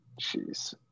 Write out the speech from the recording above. Jeez